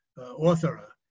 author